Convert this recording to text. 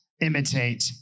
imitate